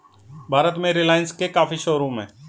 भारत में रिलाइन्स के काफी शोरूम हैं